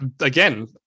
Again